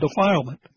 defilement